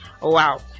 Wow